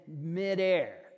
midair